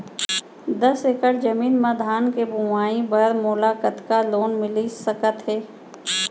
दस एकड़ जमीन मा धान के बुआई बर मोला कतका लोन मिलिस सकत हे?